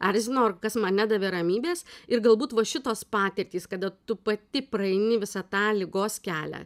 erzino ar kas man nedavė ramybės ir galbūt va šitos patirtys kada tu pati praeini visą tą ligos kelią